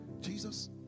Jesus